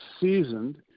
seasoned